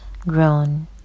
Grown